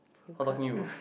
how about you